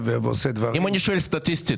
ועושה דברים --- אם אני שואל סטטיסטית.